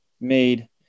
made